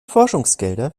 forschungsgelder